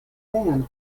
band